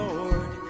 Lord